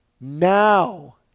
now